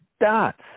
dots